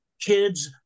kids